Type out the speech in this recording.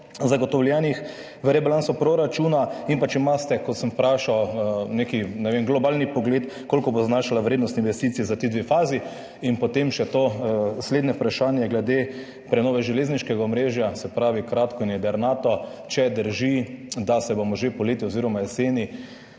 zagotovljenih v rebalansu proračuna. In pa če imate, ko sem vprašal, neki, ne vem, globalni pogled, koliko bo znašala vrednost investicij za ti dve fazi. Potem pa še to slednje vprašanje glede prenove železniškega omrežja. Se pravi, kratko in jedrnato: Ali drži, da se bomo že poleti oziroma jeseni